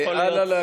ארבע וחצי דקות.